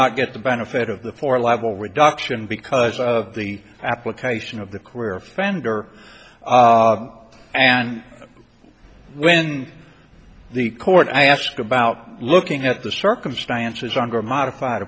not get the benefit of the four level reduction because of the application of the career offender and when the court i ask about looking at the circumstances under a modified